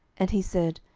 and he said,